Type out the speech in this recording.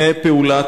למשטרה,